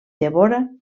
devora